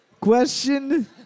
Question